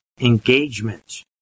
engagement